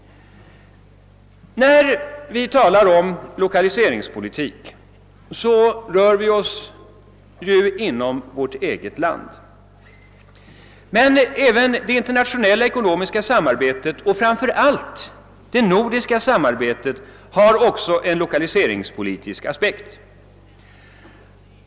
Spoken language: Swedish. När vi talar om lokaliseringspolitik, rör vi oss inom vårt eget land, men även det internationella ekonomiska samarbetet och framför allt det nordiska samarbetet har en lokaliseringspolitisk aspekt.